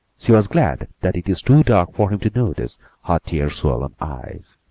she was glad that it was too dark for him to notice her tear-swollen eyes.